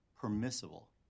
permissible